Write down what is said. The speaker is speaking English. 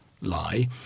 lie